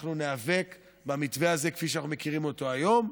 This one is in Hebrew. אנחנו ניאבק במתווה הזה כפי שאנחנו מכירים אותו היום.